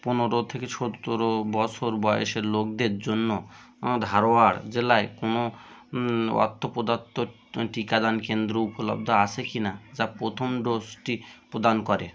পনেরো থেকে সতেরো বছর বয়সের লোকদের জন্য ধারওয়াড় জেলায় কোনও অর্থপ্রদত্ত টিকাদান কেন্দ্র উপলব্ধ আসে কি না যা প্রথম ডোজটি প্রদান করে